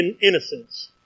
innocence